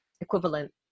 equivalent